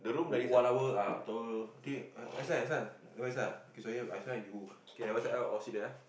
one hour ah two hour think outside outside ah you okay outside all sit there ah